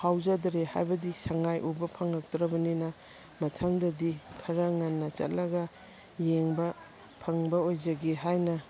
ꯐꯥꯎꯖꯗ꯭ꯔꯦ ꯍꯥꯏꯕꯗꯤ ꯁꯉꯥꯏ ꯎꯕ ꯐꯪꯉꯛꯇ꯭ꯔꯕꯅꯤꯅ ꯃꯊꯪꯗꯗꯤ ꯈꯔ ꯉꯟꯅ ꯆꯠꯂꯒ ꯌꯦꯡꯕ ꯐꯪꯕ ꯑꯣꯏꯖꯒꯦ ꯍꯥꯏꯅ